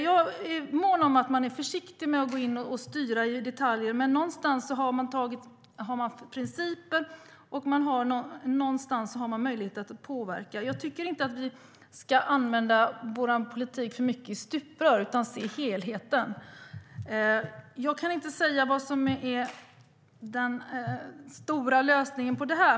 Jag är mån om att man är försiktig med att gå in och styra i detaljer. Men någonstans har man en princip och en möjlighet att påverka. Jag tycker inte att vi i politiken ska se för mycket i stuprör utan se helheten. Jag kan inte säga vad som är den stora lösningen på detta.